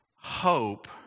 hope